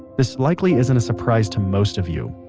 this likely isn't a surprise to most of you,